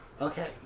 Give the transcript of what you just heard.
Okay